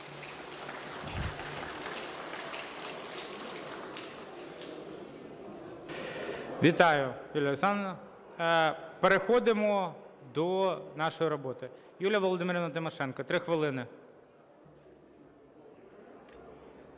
Вітаю, Юлія Олександрівна. Переходимо до нашої роботи. Юлія Володимирівна Тимошенко – 3 хвилини.